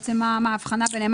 מה ההבחנה ביניהם,